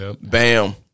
Bam